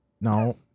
no